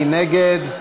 מי נגד?